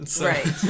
right